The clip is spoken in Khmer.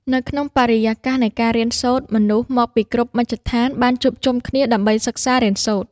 នៅក្នុងបរិយាកាសនៃការរៀនសូត្រ មនុស្សមកពីគ្រប់មជ្ឈដ្ឋានបានជួបជុំគ្នាដើម្បីសិក្សារៀនសូត្រ។